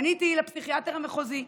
פניתי לפסיכיאטר המחוזי.